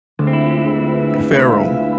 Pharaoh